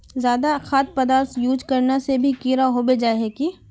ज्यादा खाद पदार्थ यूज करना से भी कीड़ा होबे जाए है की?